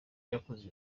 yakoze